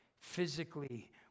physically